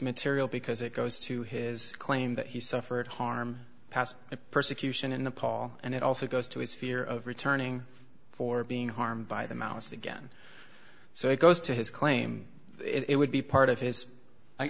material because it goes to his claim that he suffered harm past persecution in nepal and it also goes to his fear of returning for being harmed by the mouse again so it goes to his claim it would be part of